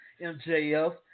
MJF